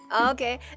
Okay